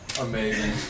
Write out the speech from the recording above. Amazing